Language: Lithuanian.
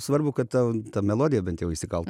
svarbu kad tau tą melodiją bent jau įsikalt